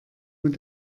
mit